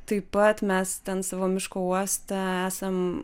taip pat mes ten savo miško uoste esam